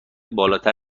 بالاتر